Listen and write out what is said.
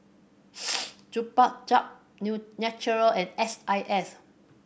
Chupa Chups Naturel and S I S